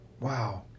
Wow